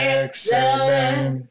excellent